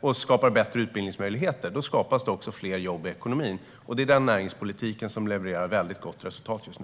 och skapar bättre utbildningsmöjligheter, då skapas det också fler jobb i ekonomin. Det är den näringspolitiken som levererar ett gott resultat just nu.